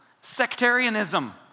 sectarianism